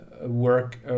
work